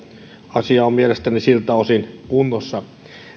asia on mielestäni siltä osin kunnossa